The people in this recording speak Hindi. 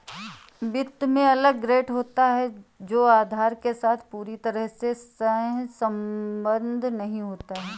वित्त में अलग ग्रेड होता है जो आधार के साथ पूरी तरह से सहसंबद्ध नहीं होता है